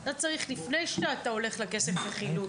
אתה צריך לפני אתה הולך לכסף לחילוט,